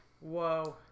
Whoa